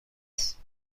است